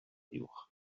uwch